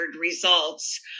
results